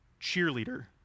cheerleader